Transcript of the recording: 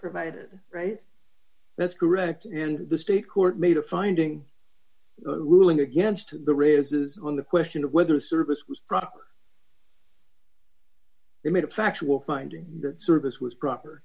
provided right that's correct and the state court made a finding ruling against the rails is when the question of whether service was proper they made a factual finding that service was proper